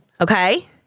Okay